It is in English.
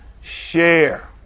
share